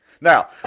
Now